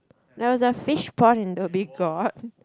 there was a fish pond in Dhoby Ghaut